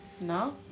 no